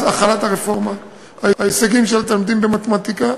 החלת הרפורמה ההישגים של התלמידים במתמטיקה,